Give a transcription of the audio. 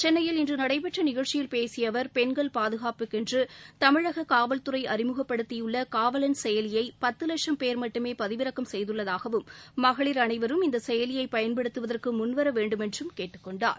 சென்னையில் இன்று நடைபெற்ற நிகழ்ச்சியில் பேசிய அவர் பெண்கள் பாதுகாப்புக்கென்று தமிழக காவல்துறை அறிமுகப்படுத்தியுள்ள காவலன் செயலியை பத்து லட்சம் பேர்தான் பதிவிறக்கம் செய்துள்ளதாகவும் மகளிர் அனைவரும் இந்த செயலியை பயன்படுத்துவதற்கு முன்வர வேண்டுமென்று கேட்டுக்கொண்டார்